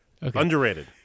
underrated